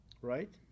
right